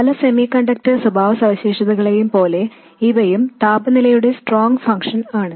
പല സെമികണ്ടക്ടർ സ്വഭാവസവിശേഷതകളെയും പോലെ ഇവയും താപനിലയുടെ സ്ട്രോങ് ഫംഗ്ഷൻ ആണ്